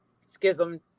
Schism